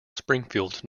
springfield